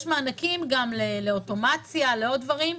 יש מענקים גם לאוטומציה ולעוד דברים.